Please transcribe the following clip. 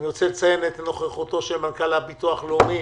אני רוצה לציין את נוכחותו של מנכ"ל הביטוח הלאומי